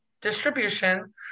distribution